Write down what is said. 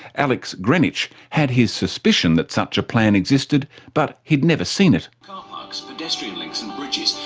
alex greenwich had his suspicion that such a plan existed but he had never seen it, carparks, pedestrian links and bridges,